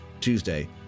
Tuesday